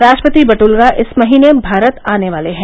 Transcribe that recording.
राष्ट्रपति बट्टल्गा इस महीने भारत आने वाले हैं